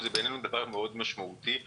בעינינו זה דבר משמעותי מאוד.